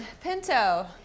Pinto